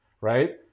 right